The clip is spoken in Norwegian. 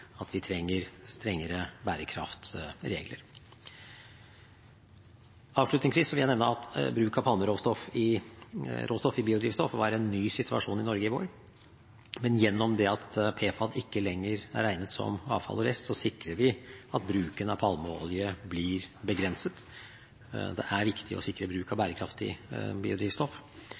at vi trenger strengere bærekraftsregler. Avslutningsvis vil jeg nevne at bruk av palmeråstoff i biodrivstoff var en ny situasjon i Norge i vår, men gjennom det at PFAD ikke lenger er regnet som avfall eller rest, sikrer vi at bruken av palmeolje blir begrenset. Det er viktig å sikre bruk av bærekraftig biodrivstoff,